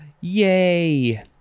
Yay